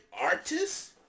artists